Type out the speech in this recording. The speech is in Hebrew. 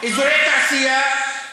אזורי תעשייה.